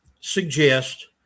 suggest